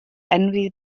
envy